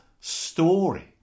story